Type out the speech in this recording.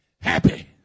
happy